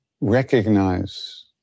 Recognize